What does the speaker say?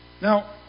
Now